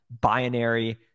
binary